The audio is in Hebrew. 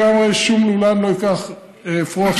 למה לא מגדלים אותם?